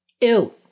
Ew